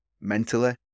mentally